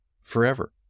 forever